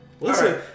Listen